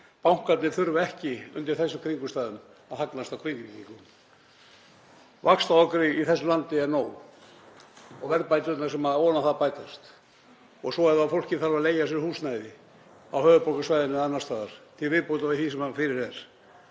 Bankarnir þurfa ekki undir þessum kringumstæðum að hagnast á Grindvíkingum. Vaxtaokrið í þessu landi er nóg og verðbæturnar sem ofan á það bætast. Og svo ef fólkið þarf að leigja sér húsnæði á höfuðborgarsvæðinu eða annars staðar til viðbótar því sem fyrir er